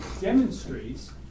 demonstrates